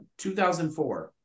2004